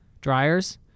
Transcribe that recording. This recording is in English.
dryers